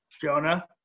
Jonah